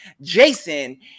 Jason